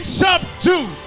subdue